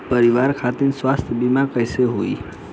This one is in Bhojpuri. परिवार खातिर स्वास्थ्य बीमा कैसे होई?